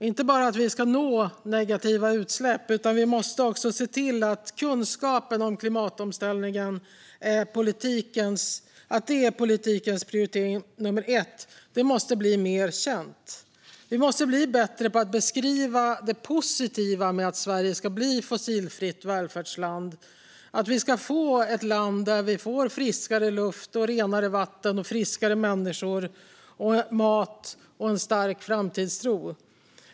Vi ska inte bara nå negativa utsläpp, utan vi måste också se till att kunskapen om klimatomställningen som politikens prioritering nummer ett måste bli mer känd. Vi måste bli bättre på att beskriva det positiva med att Sverige ska bli ett fossilfritt välfärdsland, att Sverige ska vara ett land med friskare luft, renare vatten, friskare människor, bättre mat och med en stark framtidstro.